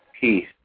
peace